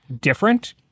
different